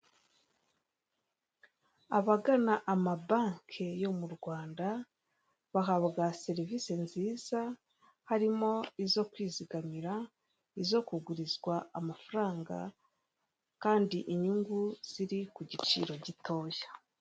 Ikoranabuhanga ni ryiza ryakemuye byinshi ndetse ryatugejeje kuri byinshi mu iterambere, icyo ushatse gukora cyose iyo ugikoze oniliyini cyangwa se ukagikorera kuri mudasobwa uba wizeye ko byanga bikunda kizageraho kigomba kugaragara kandi kikagaragarira ku gihe kigasubizwa neza.